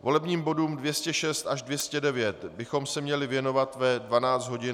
Volebním bodům 206 až 209 bychom se měli věnovat ve 12.30 hodin.